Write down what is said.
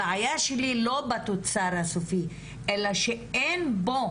הבעיה שלי לא בתוצר הסופי אלא שאין בו,